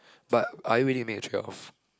but are you ready to make a trade off